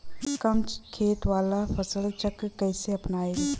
कम खेत वाला फसल चक्र कइसे अपनाइल?